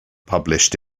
published